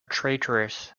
traitorous